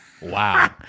Wow